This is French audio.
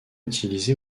utilisé